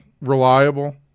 reliable